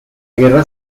guerra